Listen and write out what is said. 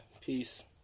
peace